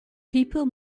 people